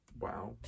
Wow